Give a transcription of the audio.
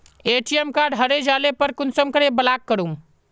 ATM card हरे जाले पर कुंसम के ब्लॉक करूम?